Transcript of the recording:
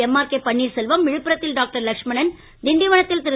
MRK Panneerselvam விழுப்புரத்தில் doctor Lakshmanan திண்டிவனத்தில் திரு